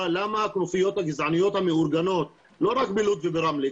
למה הכנופיות הגזעניות המאורגנות לא רק בלוד וברמלה,